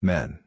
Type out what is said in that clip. Men